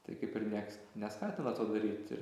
tai kaip ir nieks neskatina to daryt ir